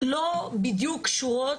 לא בדיוק קשורות,